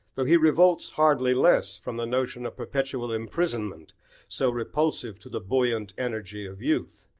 though he revolts hardly less from the notion of perpetual imprisonment so repulsive to the buoyant energy of youth.